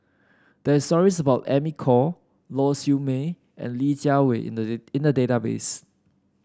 there is stories about Amy Khor Lau Siew Mei and Li Jiawei in the in the database